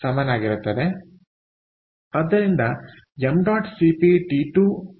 ಆದ್ದರಿಂದ 𝑚̇ CP